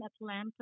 Atlanta